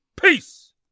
Peace